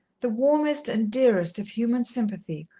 the warmest and dearest of human sympathy,